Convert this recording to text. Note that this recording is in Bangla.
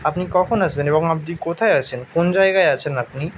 আপনি কখন আসবেন এবং আপনি কোথায় আছেন কোন জায়গায় আছেন আপনি